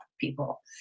people